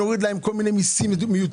גם נוריד להם כל מיני מיסים מיותרים,